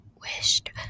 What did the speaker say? wished